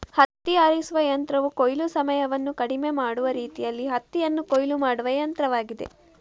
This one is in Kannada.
ಹತ್ತಿ ಆರಿಸುವ ಯಂತ್ರವು ಕೊಯ್ಲು ಸಮಯವನ್ನು ಕಡಿಮೆ ಮಾಡುವ ರೀತಿಯಲ್ಲಿ ಹತ್ತಿಯನ್ನು ಕೊಯ್ಲು ಮಾಡುವ ಯಂತ್ರವಾಗಿದೆ